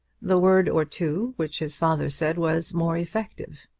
the word or two which his father said was more effective.